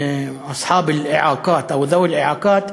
אצחאבּ אל-אעאקאת, ד'וו אל-אעאקאת,